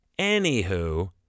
Anywho